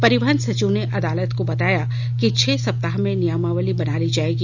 परिवहन सचिव ने अदालत को बताया कि छह सप्ताह में नियमावली बना ली जाएगी